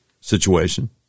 situation